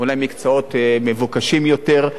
אולי מקצועות מבוקשים יותר,